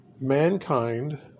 mankind